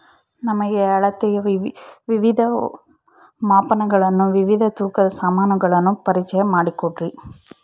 ನಮಗೆ ಅಳತೆಯ ವಿವಿಧ ಮಾಪನಗಳನ್ನು ವಿವಿಧ ತೂಕದ ಸಾಮಾನುಗಳನ್ನು ಪರಿಚಯ ಮಾಡಿಕೊಡ್ರಿ?